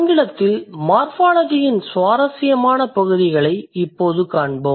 ஆங்கிலத்தில் மார்ஃபாலஜியின் சுவாரஸ்யமான பகுதிகளை இப்போது காண்போம்